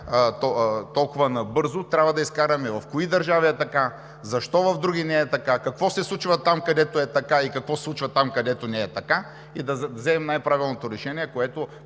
толкова набързо, трябва да извадим в кои държави е така, защо в други не е така, какво се случва там, където е така и какво се случва там, където не е така. И да вземем най-правилното решение, което